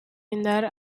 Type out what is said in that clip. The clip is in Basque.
indar